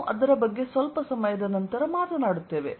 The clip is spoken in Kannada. ನಾವು ಅದರ ಬಗ್ಗೆ ಸ್ವಲ್ಪ ಸಮಯದ ನಂತರ ಮಾತನಾಡುತ್ತೇವೆ